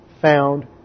found